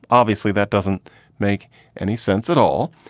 obviously, that doesn't make any sense at all.